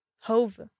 Hove